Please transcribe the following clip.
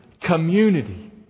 community